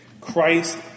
Christ